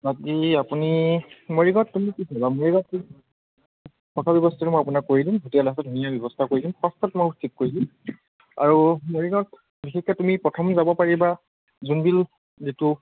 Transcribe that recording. বাকী আপুনি মৰিগাঁওত থকা ব্যৱস্থাটো মই আপোনাক কৰি দিম হোটেল আছে ধুনীয়া ব্যৱস্থা কৰি দিম সস্তাত মই ঠিক কৰি দিম আৰু মৰিগাঁওত বিশেষকৈ তুমি প্ৰথম যাব পাৰিবা জোনবিল যিটো